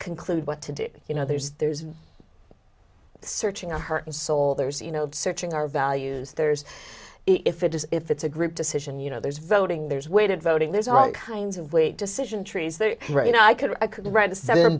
conclude what to do you know there's there's searching on her console there's you know searching our values there's if it is if it's a group decision you know there's voting there's weighted voting there's all kinds of weight decision trees there were you know i could i could write a seven